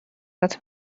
هات